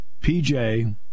PJ